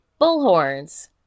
bullhorns